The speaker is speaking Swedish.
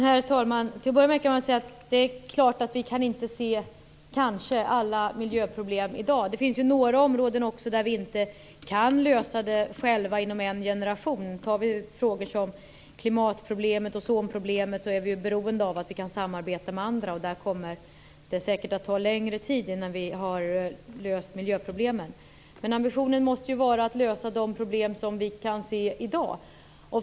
Herr talman! Till att börja med kan jag säga att det är klart att vi kanske inte kan se alla miljöproblem i dag. Det finns också några områden där vi inte kan lösa problemen själva inom en generation. I frågor som klimatproblemet och ozonproblemet är vi beroende av att kunna samarbeta med andra, och där kommer det säkert att ta längre tid innan vi har löst miljöproblemen. Men ambitionen måste vara att lösa de problem som vi kan se i dag.